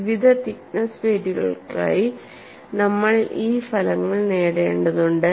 വിവിധ തിക്നെസ്സ് പ്ലേറ്റുകൾക്കായി നമ്മൾ ഈ ഫലങ്ങൾ നേടേണ്ടതുണ്ട്